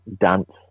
dance